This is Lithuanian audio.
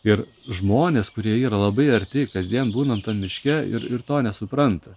ir žmonės kurie yra labai arti kasdien būnant tam miške ir ir to nesupranta